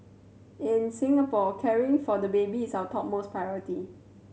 in Singapore caring for the baby is our topmost priority